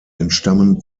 entstammen